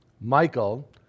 Michael